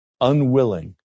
unwilling